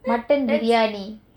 mutton biryani